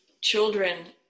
children